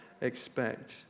expect